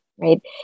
right